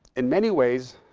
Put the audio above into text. in many ways,